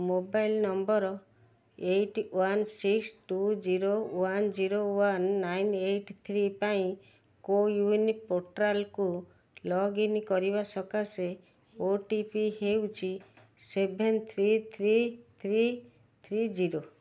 mobile number eight one six two zero one zero one nine eight three ପାଇଁ CoWIN ପୋର୍ଟାଲ୍କୁ login କରିବା ସକାଶେ O T P ହେଉଛି seven three three three three zero